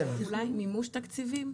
אולי מימוש תקציבים?